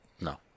No